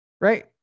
Right